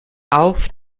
auf